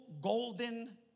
golden